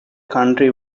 county